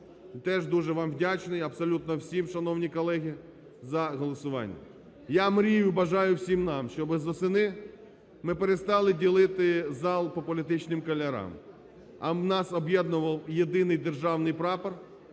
Теж дуже вам вдячний, абсолютно всім, шановні колеги, за голосування. Я мрію і бажаю всім нам, щоб з осени ми перестали ділити зал по політичним кольорам, а нас об'єднував єдиний державний прапор